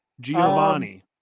giovanni